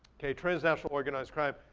kay, transnational organized crime.